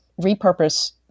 repurpose